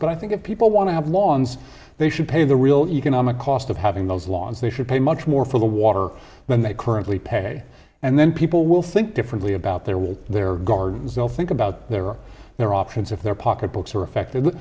but i think if people want to have lawns they should pay the real economic cost of having those laws they should pay much more for the water than they currently pay and then people will think differently about their will their gardens will think about their their options if their pocketbooks are affected